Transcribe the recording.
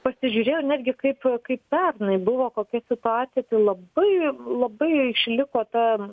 pasižiūrėjau netgi kaip kaip pernai buvo kokia situacija labai labai išliko ta